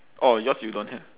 orh yours you don't have